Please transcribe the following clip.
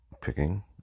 picking